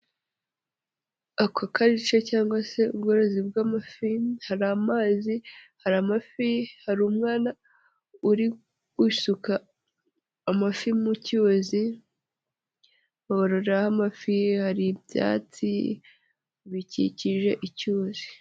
Akwakarica cyangwa se ubworozi bw'amafi, hari amazi, hari amafi, hari umwana uri gusuka amafi mu cyuzi baroraho amafi, hari ibyatsi bikikije icyuzi.